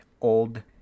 old